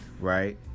Right